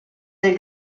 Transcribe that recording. del